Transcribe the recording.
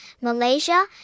Malaysia